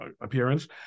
appearance